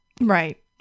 Right